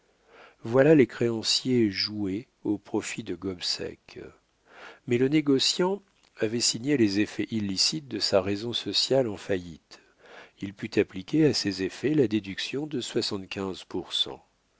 voilà les créanciers joués au profit de gobseck mais le négociant avait signé les effets illicites de sa raison sociale en faillite il put appliquer à ces effets la déduction de soixante-quinze pour cent